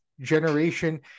generation